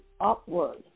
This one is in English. upward